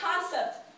concept